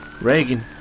Reagan